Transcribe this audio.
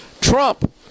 Trump